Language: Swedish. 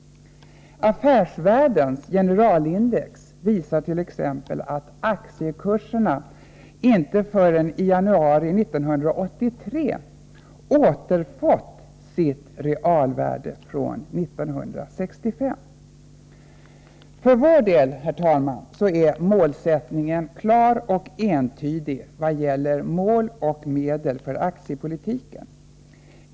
Affärsvärldens generalindex visar att aktiekurserna inte förrän i januari 1983 återfick sitt realvärde från 1965. Herr talman! Vår uppfattning i vad gäller mål och medel för aktiepolitiken är klar och entydig.